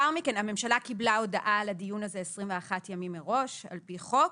הממשלה קיבלה הודעה על הדיון הזה 21 ימים מראש על פי חוק.